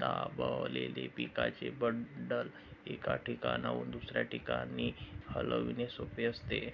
दाबलेले पिकाचे बंडल, एका ठिकाणाहून दुसऱ्या ठिकाणी हलविणे सोपे असते